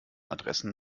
adressen